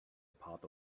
part